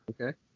Okay